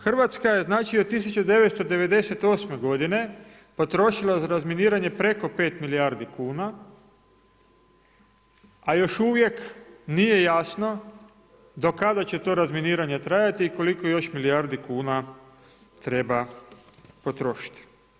Hrvatska je od 1998. godine potrošila za razminiranje preko 5 milijardi kuna, a još uvijek nije jasno do kada će to razminiranje trajati i koliko još milijardi kuna treba potrošiti.